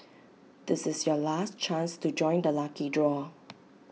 this is your last chance to join the lucky draw